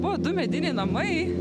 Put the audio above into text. buvo du mediniai namai